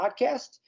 podcast